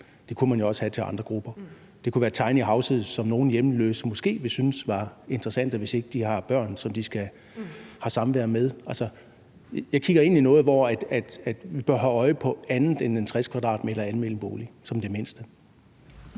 det kunne man jo også have til andre grupper. Det kunne være tinyhouses, som nogle hjemløse måske ville synes var interessante, hvis ikke de har børn, som de har samvær med. Altså, jeg kigger ind i noget, hvor vi bør have øje på andet end en 60 m² almen bolig som det mindste.